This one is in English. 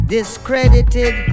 Discredited